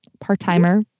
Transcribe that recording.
part-timer